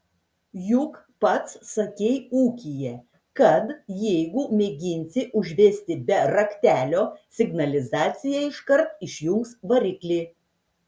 juk pats sakei ūkyje kad jeigu mėginsi užvesti be raktelio signalizacija iškart išjungs variklį